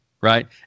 right